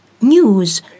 news